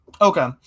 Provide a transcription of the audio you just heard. Okay